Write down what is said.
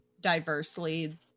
diversely